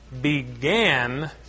began